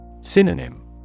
Synonym